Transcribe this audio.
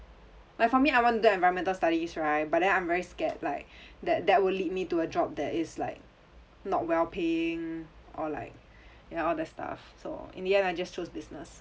like for me I want to do environmental studies right but then I'm very scared like that that would lead me to a job that is like not well paying or like ya all that stuff so in the end I just chose business